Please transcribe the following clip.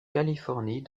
californie